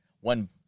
one